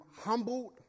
humbled